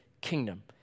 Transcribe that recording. kingdom